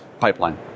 pipeline